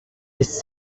his